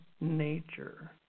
nature